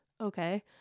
Okay